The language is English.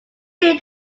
here